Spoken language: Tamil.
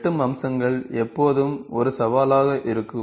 வெட்டும் அம்சங்கள் எப்போதும் ஒரு சவாலாக இருக்கும்